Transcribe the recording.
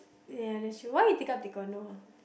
ya that's true why you take up taekwondo